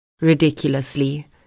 Ridiculously